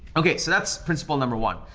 okay, so that's principle number one.